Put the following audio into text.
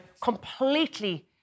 completely